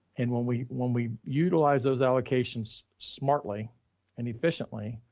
and when we when we utilize those allocations, smartly and efficiently,